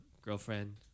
girlfriend